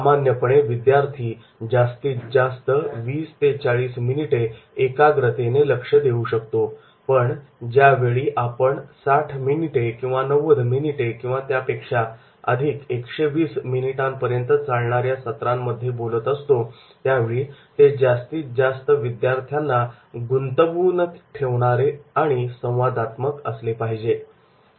सामान्यपणे विद्यार्थी जास्तीत जास्त 20 ते 40 मिनिटे एकाग्रतेने लक्ष देऊ शकतो पण ज्यावेळी आपण 60 मिनिटे किंवा 90 मिनिटे किंवा त्यापेक्षा 120 मिनिटांपर्यंत चालणाऱ्या सत्रांमध्ये बोलत असतो त्यावेळी ते जास्तीत जास्त विद्यार्थ्यांना गुंतवून ठेवणारे आणि संवादात्मक असले पाहिजे